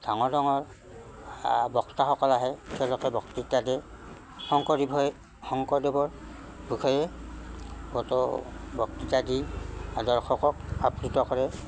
ডাঙৰ ডাঙৰ বক্তাসকল আহে তেওঁলোকে বক্তৃতা দিয়ে শংকৰদেৱ হয় শংকৰদেৱৰ বিষেয়ে কত' বক্তৃতা দি দৰ্শকক আপ্লুত কৰে